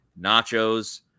Nachos